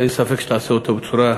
אין ספק שתעשה אותו בצורה מכובדת,